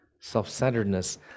self-centeredness